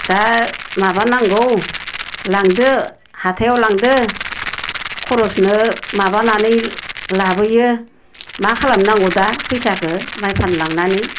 दा माबा नांगौ लांदो हाथायाव लांदो खरसनो माबानानै लाबोयो मा खालामनो नांगौ दा फैसाखो माइ फाननो लांनानै